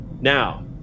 Now